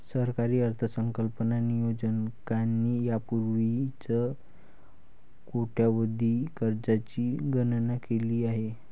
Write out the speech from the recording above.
सरकारी अर्थसंकल्प नियोजकांनी यापूर्वीच कोट्यवधी कर्जांची गणना केली आहे